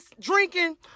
drinking